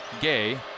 gay